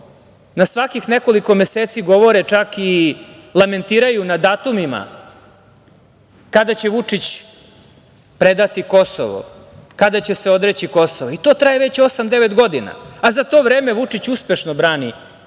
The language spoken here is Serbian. na svakih nekoliko meseci govore, čak i lamentiraju na datumima kada će Vučić predati Kosovo, kada će se odreći Kosova i to traje već osam, devet godina, a za to vreme Vučić uspešno brani Kosovo